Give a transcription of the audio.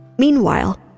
Meanwhile